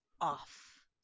off